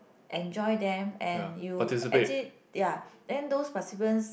enjoy them and you actually ya then those participants